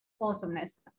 Awesomeness